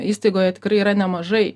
įstaigoje tikrai yra nemažai